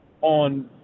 on